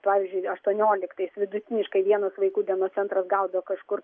pavyzdžiui aštuonioliktais vidutiniškai vienas vaikų dienos centras gaudo kažkur